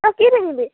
তই কি পিন্ধিবি